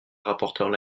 rapporteure